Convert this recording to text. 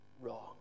wrong